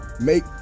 make